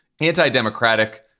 anti-democratic